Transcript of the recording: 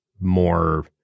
more